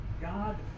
God